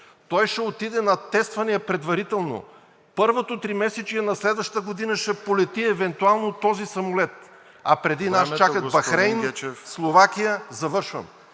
Той ще отиде на тествания предварително. Първото тримесечие на следващата година ще полети евентуално този самолет, а преди нас чакат Бахрейн,…